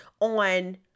on